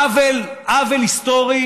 עוול היסטורי